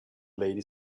lady